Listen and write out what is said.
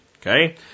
Okay